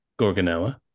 Gorgonella